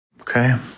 Okay